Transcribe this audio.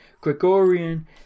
Gregorian